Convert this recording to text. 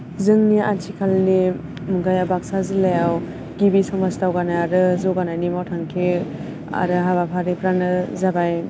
जोंनि आथिखालनि मुगाया बाक्सा जिल्लायाव गिबि समाज दावगानाय आरो जौगानायनि मावथांखि आरो हाबाफारिफ्रानो जाबाय